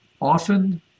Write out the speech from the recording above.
Often